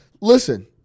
listen